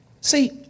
See